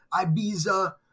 Ibiza